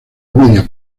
media